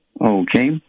Okay